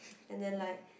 and then like